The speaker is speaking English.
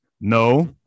No